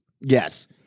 Yes